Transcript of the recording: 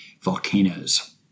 volcanoes